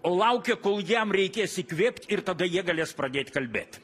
o laukia kol jam reikės įkvėpt ir tada jie galės pradėt kalbėt